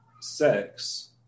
Sex